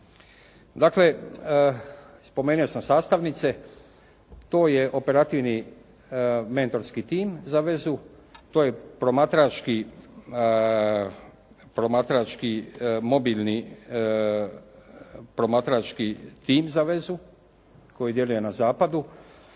Dakle, spomenuo sam sastavnice, to je operativni mentorski tim za vezu, to je promatrački mobilni, promatrački tim za vezu koji djeluje na zapadu.